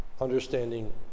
Understanding